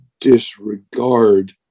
disregard